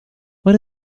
what